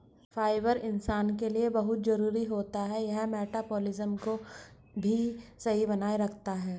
fibre इंसान के लिए बहुत जरूरी होता है यह मटबॉलिज़्म को भी सही बनाए रखता है